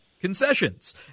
concessions